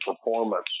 performance